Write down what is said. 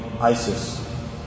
ISIS